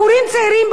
בחורות צעירות,